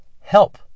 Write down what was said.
Help